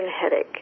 headache